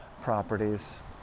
properties